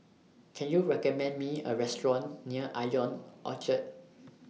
Can YOU recommend Me A Restaurant near Ion Orchard